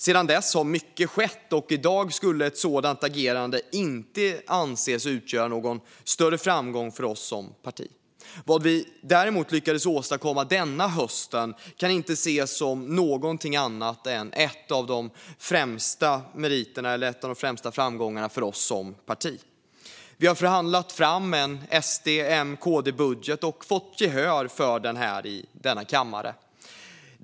Sedan dess har mycket skett, och i dag skulle ett sådant agerande inte anses utgöra någon större framgång för oss som parti. Vad vi däremot lyckades åstadkomma denna höst kan inte ses som någonting annat än en av de främsta framgångarna för oss som parti. Vi har förhandlat fram en SD-M-KD-budget och fått gehör för den i denna kammare.